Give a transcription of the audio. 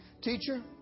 Teacher